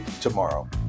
tomorrow